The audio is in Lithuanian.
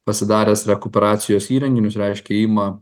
pasidaręs rekuperacijos įrenginius reiškia ima